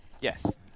Yes